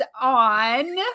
on